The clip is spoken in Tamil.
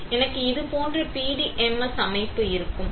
எனக்கு இது போன்ற PDMS அமைப்பு இருக்கும் சரி